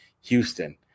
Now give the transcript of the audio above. Houston